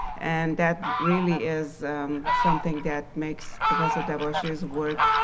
and that really is something that makes professor dabashi's work